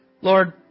Lord